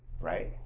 Right